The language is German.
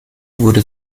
wurde